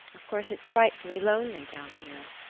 of course it's frightfully lonely down here,